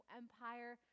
empire